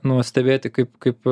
nu stebėti kaip kaip